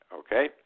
okay